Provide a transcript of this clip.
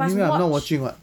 anyway I'm not watching [what]